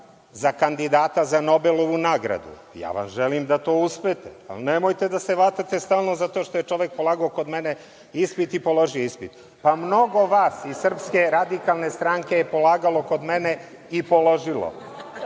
za kandidata za Nobelovu nagradu, ja vam želim da to uspete, ali nemojte da se hvatate stalno za to što je čovek polagao kod mene ispit i položio ispit. Pa mnogo vas iz SRS je polagalo kod mene i položilo,